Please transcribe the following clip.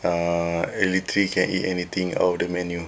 err I literally can eat anything out of the menu